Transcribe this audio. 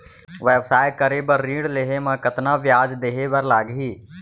व्यवसाय करे बर ऋण लेहे म कतना ब्याज देहे बर लागही?